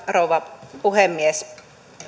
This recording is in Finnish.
rouva puhemies